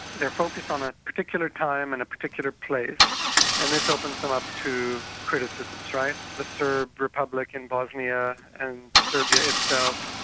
they're focused on a particular time and a particular place and this opens them up to criticisms, right? the serb republic and bosnia and serbia itself,